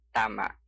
tama